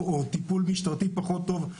או טיפול משטרתי פחות טוב.